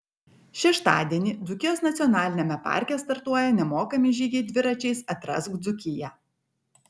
šeštadienį dzūkijos nacionaliniame parke startuoja nemokami žygiai dviračiais atrask dzūkiją